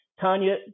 Tanya